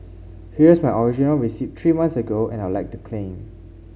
here's my original receipt three months ago and I'd like to claim